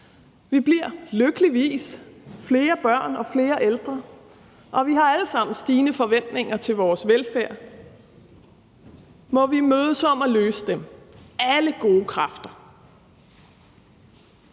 Vi bliver lykkeligvis flere børn og flere ældre, og vi har alle sammen stigende forventninger til vores velfærd. Må vi mødes om at løse dem, alle gode kræfter.